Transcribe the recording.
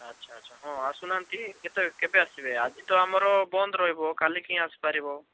ଆଚ୍ଛା ଆଚ୍ଛା ହଁ ଆସୁନାହାନ୍ତି କେତେ କେବେ ଆସିବେ ଆଜି ତ ଆମର ବନ୍ଦ ରହିବ କାଲିକି ହିଁ ଆସିପାରିବ